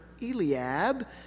Eliab